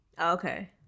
Okay